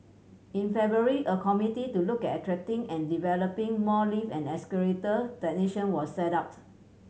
in February a committee to look at attracting and developing more lift and escalator technician was set up